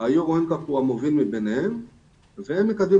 ה-Euro NCAP הוא המוביל מביניהם והם מקדמים.